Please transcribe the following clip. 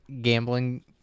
gambling